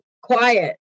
quiet